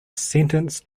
sentenced